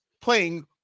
playing